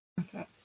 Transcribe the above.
Okay